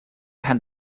had